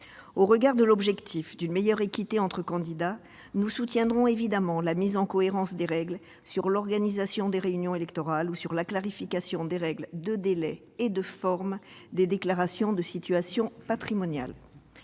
Afin de parvenir à une plus grande équité entre candidats, nous soutenons évidemment la mise en cohérence des règles relatives à l'organisation des réunions électorales ou à la clarification des règles de délai et de forme des déclarations de situation patrimoniale.